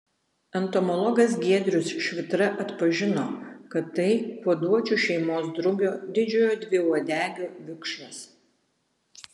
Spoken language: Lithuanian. entomologas giedrius švitra atpažino kad tai kuoduočių šeimos drugio didžiojo dviuodegio vikšras